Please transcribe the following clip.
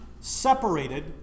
separated